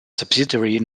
subsidiary